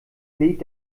lädt